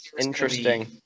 interesting